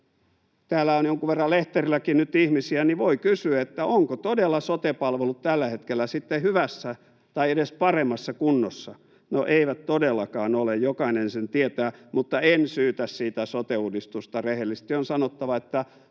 täällä on jonkun verran lehterilläkin nyt ihmisiä, niin voi kysyä, ovatko todella sote-palvelut tällä hetkellä sitten hyvässä tai edes paremmassa kunnossa. No eivät todellakaan ole, jokainen sen tietää, mutta en syytä siitä sote-uudistusta. Rehellisesti on sanottava, että